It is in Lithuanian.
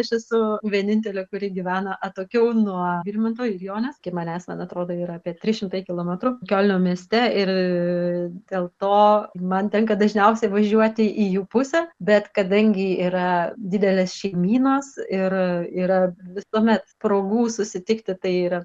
aš esu vienintelė kuri gyvena atokiau nuo vilmanto ir jonės ki manęs man atrodo yra apie trys šimtai kilometrų kiolno mieste ir dėl to man tenka dažniausiai važiuoti į jų pusę bet kadangi yra didelės šeimynos ir yra visuomet progų susitikti tai yra